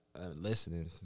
listening